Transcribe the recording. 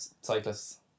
Cyclists